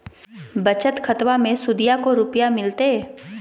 बचत खाताबा मे सुदीया को रूपया मिलते?